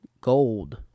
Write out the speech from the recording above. gold